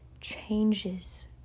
changes